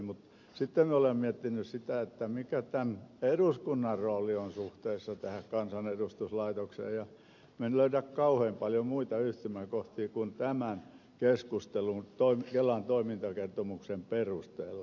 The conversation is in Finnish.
mutta sitten minä olen miettinyt sitä mikä tämän eduskunnan rooli on suhteessa tähän kansaneläkelaitokseen ja minä en löydä kauhean paljon muita yhtymäkohtia kuin tämän keskustelun kelan toimintakertomuksen perusteella